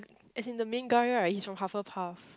as in the main guy right he's from Hufflepuff